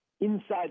inside